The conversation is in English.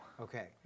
Okay